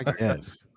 Yes